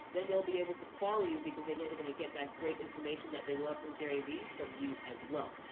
then there'll be able to follow you, because they know they're gonna get that great information that they love from gary vee, from you as well.